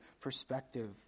perspective